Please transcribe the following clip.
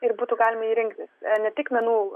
ir būtų galima jį rinktis ne tik menų